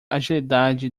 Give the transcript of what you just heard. agilidade